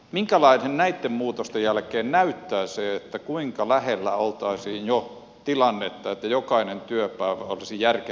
minkälaiselta näitten muutosten jälkeen näyttää se kuinka lähellä oltaisiin jo sitä tilannetta että jokainen työpäivä olisi järkevää ottaa vastaan